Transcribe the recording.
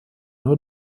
nur